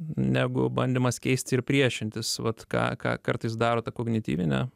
negu bandymas keisti ir priešintis vat ką ką kartais daro kognityvinė